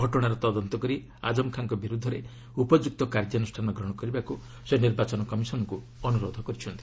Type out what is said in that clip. ଘଟଣାର ତଦନ୍ତ କରି ଆଜମ୍ ଖାଁଙ୍କ ବିରୁଦ୍ଧରେ ଉପଯୁକ୍ତ କାର୍ଯ୍ୟାନୁଷ୍ଠାନ ଗ୍ରହଣ କରିବାକୁ ସେ ନିର୍ବାଚନ କମିଶନ୍ଙ୍କୁ ଅନୁରୋଧ କରିଚ୍ଚନ୍ତି